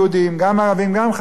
גם חרדים וגם חילונים,